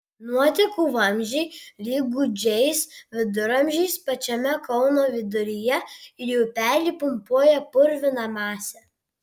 nuotekų vamzdžiai lyg gūdžiais viduramžiais pačiame kauno viduryje į upelį pumpuoja purviną masę